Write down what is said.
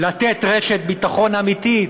לתת רשת ביטחון אמיתית,